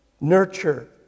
nurture